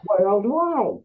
Worldwide